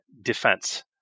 defense